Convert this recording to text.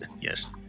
Yes